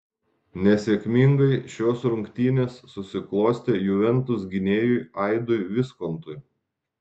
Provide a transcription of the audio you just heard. nesėkmingai šios rungtynės susiklostė juventus gynėjui aidui viskontui